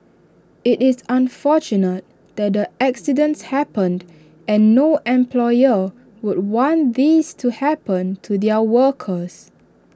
IT is unfortunate that the accidents happened and no employer would want these to happen to their workers